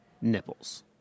nipples